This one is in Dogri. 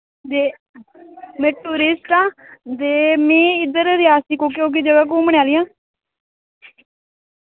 ते में टूरिस्ट आं ते में इद्धर रियासी कोह्की कोह्की जगह घूमने आह्लियां